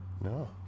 No